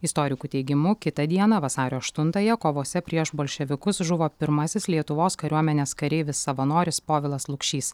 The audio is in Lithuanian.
istorikų teigimu kitą dieną vasario aštuntąją kovose prieš bolševikus žuvo pirmasis lietuvos kariuomenės kareivis savanoris povilas lukšys